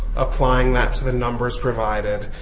applying that to the numbers provided,